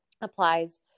applies